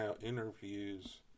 interviews